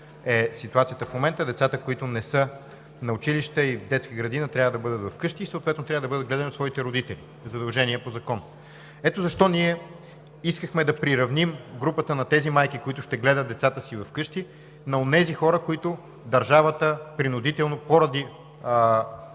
е ситуацията в момента. Децата, които не са на училище и детска градина, трябва да бъдат вкъщи, съответно трябва да бъдат гледани от своите родители – задължение по закон. Ето защо ние искахме да приравним групата на тези майки, които ще гледат децата си вкъщи, на онези хора, които държавата принудително, поради